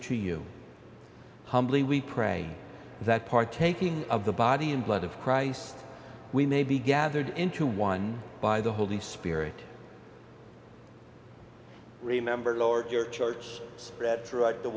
to you humbly we pray that partaking of the body and blood of christ we may be gathered into one by the holy spirit remember lowered your church spread throughout the